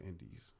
indies